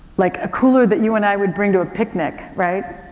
like a cooler that you and i would bring to a picnic, right,